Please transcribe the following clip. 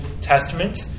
Testament